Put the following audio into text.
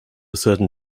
certain